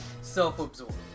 self-absorbed